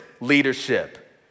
leadership